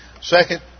second